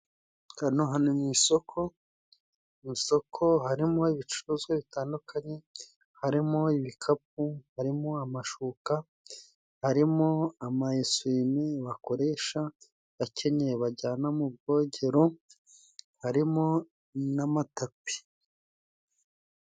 Kanoha ni mu isoko, mu isoko harimo ibicuruzwa bitandukanye harimo: ibikapu ,harimo amashuka ,harimo ama esuwime bakoresha bakenyeye bajyana mu bwogero ,harimo n'amatapi.